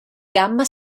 gamma